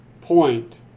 point